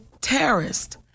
terrorist